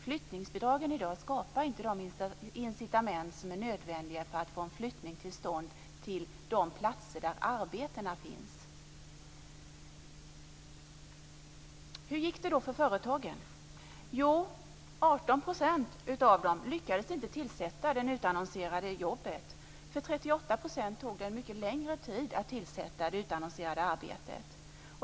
Flyttningsbidragen skapar inte de incitament som är nödvändiga för att få en flyttning till stånd till de platser där arbeten finns. Hur gick det då för företagen? Jo, 18 % av dem lyckades inte tillsätta det utannonserade jobbet. 38 % tog det mycket längre tid än normalt att tillsätta det utannonserade arbetet.